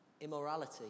immorality